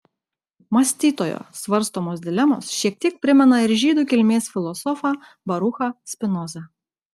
mąstytojo svarstomos dilemos šiek tiek primena ir žydų kilmės filosofą baruchą spinozą